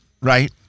Right